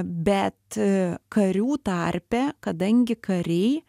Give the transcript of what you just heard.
bet karių tarpe kadangi kariai